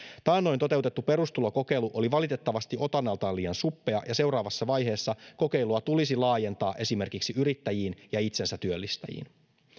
taannoin toteutettu perustulokokeilu oli valitettavasti otannaltaan liian suppea ja seuraavassa vaiheessa kokeilua tulisi laajentaa esimerkiksi yrittäjiin ja itsensätyöllistäjiin